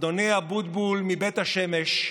אדוני אבוטבול מבית השמש,